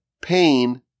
pain